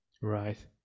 right